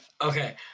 Okay